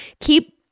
keep